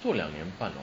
做两年半 orh